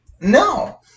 No